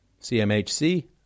CMHC